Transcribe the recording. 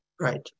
Right